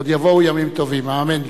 עוד יבואו ימים טובים, האמן לי.